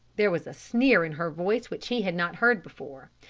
there was a sneer in her voice which he had not heard before.